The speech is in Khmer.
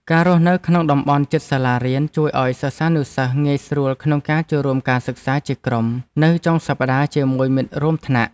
ការរស់នៅក្នុងតំបន់ជិតសាលារៀនជួយឱ្យសិស្សានុសិស្សងាយស្រួលក្នុងការចូលរួមការសិក្សាជាក្រុមនៅចុងសប្តាហ៍ជាមួយមិត្តរួមថ្នាក់។